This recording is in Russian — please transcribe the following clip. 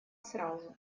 сразу